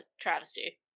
travesty